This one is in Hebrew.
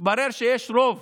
התברר שיש רוב